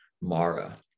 Mara